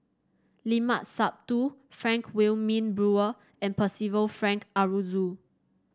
Limat Sabtu Frank Wilmin Brewer and Percival Frank Aroozoo